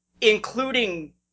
including